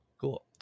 Cool